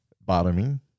Bottoming